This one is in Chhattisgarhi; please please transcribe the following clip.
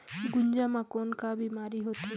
गुनजा मा कौन का बीमारी होथे?